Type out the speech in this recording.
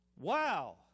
Wow